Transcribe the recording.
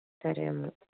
సరే అమ్మ